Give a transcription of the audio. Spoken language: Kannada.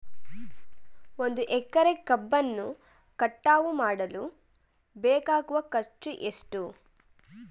ಒಂದು ಎಕರೆ ಕಬ್ಬನ್ನು ಕಟಾವು ಮಾಡಲು ಬೇಕಾಗುವ ಖರ್ಚು ಎಷ್ಟು?